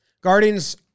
Guardians